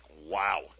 wow